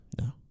No